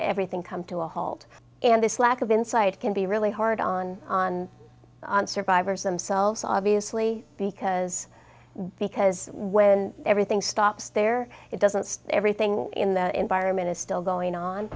everything come to a halt and this lack of insight can be really hard on on survivors themselves obviously because because when everything stops there it doesn't everything in that environment is still going on